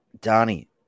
donnie